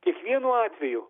kiekvienu atveju